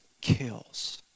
kills